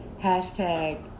hashtag